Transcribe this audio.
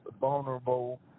vulnerable